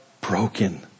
broken